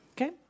Okay